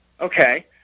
Okay